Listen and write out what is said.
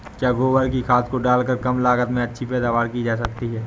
क्या गोबर की खाद को डालकर कम लागत में अच्छी पैदावारी की जा सकती है?